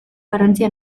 garrantzia